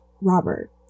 Robert